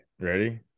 ready